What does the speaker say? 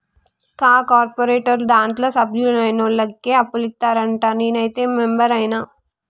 కా కార్పోరేటోళ్లు దాంట్ల సభ్యులైనోళ్లకే అప్పులిత్తరంట, నేనైతే మెంబరైన